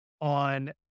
on